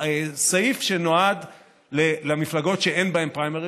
הסעיף שנועד למפלגות שאין בהן פריימריז,